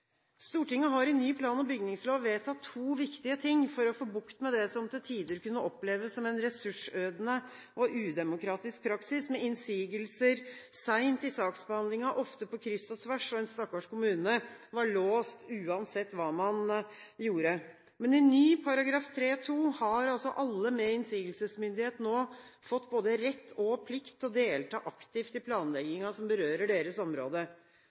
Stortinget har i ny plan- og bygningslov vedtatt to viktige ting for å få bukt med det som til tider kunne oppleves som en ressursødende og udemokratisk praksis, med innsigelser sent i saksbehandlingen, ofte på kryss og tvers, og en stakkars kommune var låst uansett hva man gjorde. Men i ny § 3-2 har altså alle med innsigelsesmyndighet nå fått både rett og plikt til å delta aktivt i planleggingen som berører deres